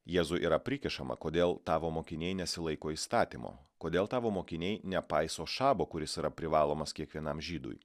jėzui yra prikišama kodėl tavo mokiniai nesilaiko įstatymo kodėl tavo mokiniai nepaiso šabo kuris yra privalomas kiekvienam žydui